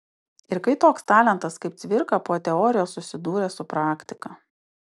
ir kai toks talentas kaip cvirka po teorijos susidūrė su praktika